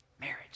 marriage